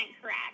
correct